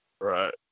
Right